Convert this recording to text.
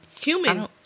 Human